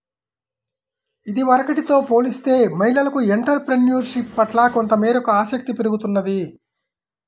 ఇదివరకటితో పోలిస్తే మహిళలకు ఎంటర్ ప్రెన్యూర్షిప్ పట్ల కొంతమేరకు ఆసక్తి పెరుగుతున్నది